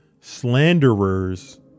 Slanderers